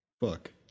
Fuck